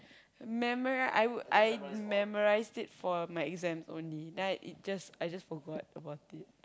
memori~ I would I memorised it for my exams only then I just I just forgot about it